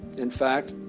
in fact,